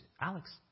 Alex